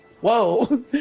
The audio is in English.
Whoa